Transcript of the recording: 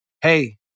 Hey